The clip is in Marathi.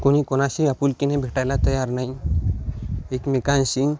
कोणी कोणाशी आपुलकीने भेटायला तयार नाही एकमेकांशी